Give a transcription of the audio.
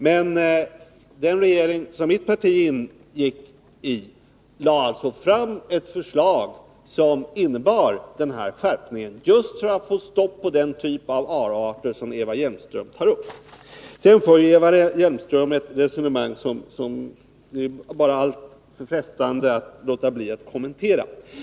Men den regering som mitt parti ingick i lade alltså fram ett förslag som innebar denna skärpning, just för att få stopp på den typ av avarter som Eva Hjelmström tog upp. Sedan förde Eva Hjelmström ett resonemang som det bara är alltför frestande att låta bli att kommentera.